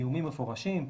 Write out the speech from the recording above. איומים מפורשים,